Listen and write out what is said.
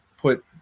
put